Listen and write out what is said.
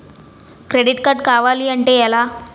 Credit card కావాలి అంటే ఎలా?